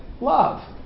Love